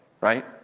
right